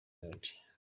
melodie